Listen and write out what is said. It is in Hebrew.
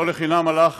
לא לחינם הלך